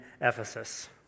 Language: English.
Ephesus